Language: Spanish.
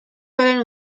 suelen